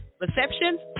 receptions